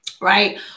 right